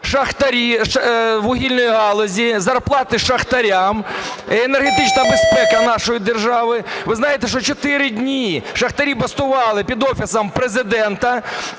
шахтарі вугільної галузі, зарплати шахтарям і енергетична безпека нашої держави. Ви знаєте, що 4 дні шахтарі бастували під Офісом Президента,